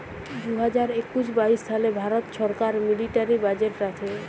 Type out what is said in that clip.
দু হাজার একুশ বাইশ সালে ভারত ছরকার মিলিটারি বাজেট রাখে